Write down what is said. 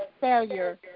failure